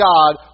God